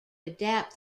adapt